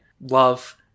love